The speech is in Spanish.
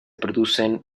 producen